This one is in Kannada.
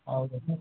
ಹೌದ ಸರ್